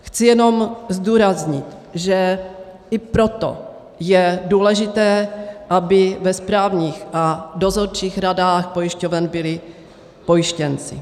Chci jenom zdůraznit, že i proto je důležité, aby ve správních a dozorčích radách pojišťoven byli pojištěnci.